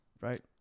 Right